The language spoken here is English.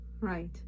right